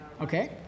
Okay